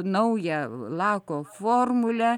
naują lako formulę